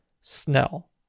Snell